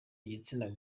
igitsina